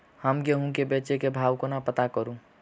हम गेंहूँ केँ बेचै केँ भाव कोना पत्ता करू?